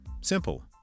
Simple